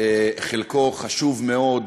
חלקו חשוב מאוד,